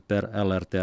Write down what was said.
per lrt